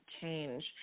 change